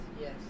Yes